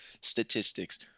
statistics